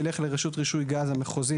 ילך לרשות רישוי גז המחוזית,